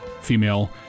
female